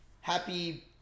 Happy